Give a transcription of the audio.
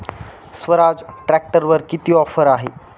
स्वराज ट्रॅक्टरवर किती ऑफर आहे?